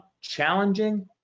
challenging